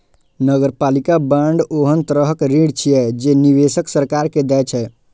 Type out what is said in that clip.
नगरपालिका बांड ओहन तरहक ऋण छियै, जे निवेशक सरकार के दै छै